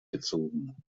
gezogen